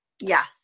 Yes